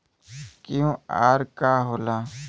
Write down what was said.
QR का होला?